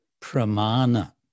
pramana